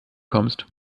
kommst